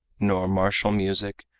nor martial music,